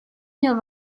měl